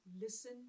Listen